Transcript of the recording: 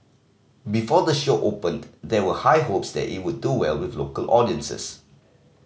before the show opened there were high hopes that it would do well with local audiences